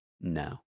no